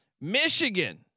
Michigan